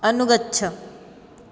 अनुगच्छ